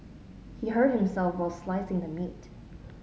he hurt himself while slicing the meat